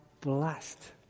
blessed